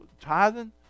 Tithing